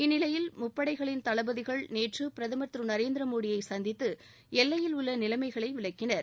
இந்நிலையில் முப்படைகளின் தளபதிகள் நேற்று பிரதமர் திரு நரேந்திர மோடியை சந்தித்து எல்லையில் உள்ள நிலைமைகளை விளக்கினர்